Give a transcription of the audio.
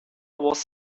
was